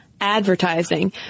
advertising